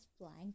blank